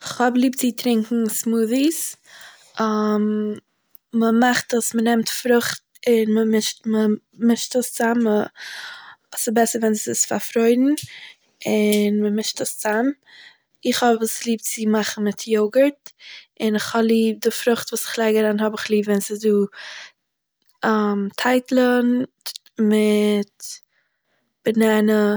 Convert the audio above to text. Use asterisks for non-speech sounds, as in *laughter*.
כ'האב ליב צו טרינקען סמוט'יס, *hesitation* מ'מאכט עס: מ'נעמט פרוכט און מ'מישט- מ'מישט עס צוזאם ס'איז בעסער ווען ס'איז פארפרוירן, און מ'מישט עס צוזאם. איך האב עס ליב צו מאכן מיט יאגורט און איך האב ליב די פרוכט וואס איך לייג אריין האב איך ליב ווען ס'איז דא *hesitation* טייטלען מיט באנאנא